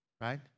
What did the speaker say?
right